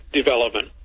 development